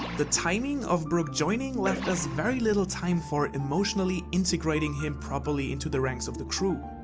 the timing of brook joining left us very little time for emotionally integrating him properly into the ranks of the crew.